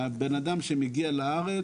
לבן אדם שמגיע לארץ,